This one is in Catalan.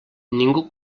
ningú